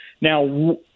Now